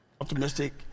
Optimistic